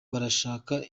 barashaka